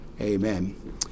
amen